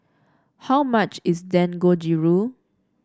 how much is Dangojiru